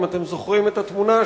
אם אתם זוכרים את התמונה,